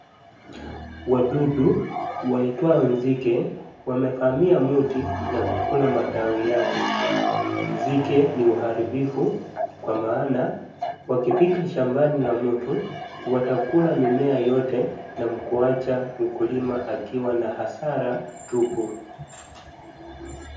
wadudu waitwao nzige wamevamia mti nakukula matawi yake. Nzige ni uharibifu kwa maana wakifika shambani la mtu watakula mimea yote na kuacha mkulima akiwa na hasara tupu.